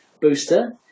booster